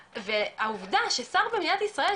והעובדה ששר במדינת ישראל,